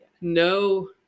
no